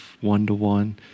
one-to-one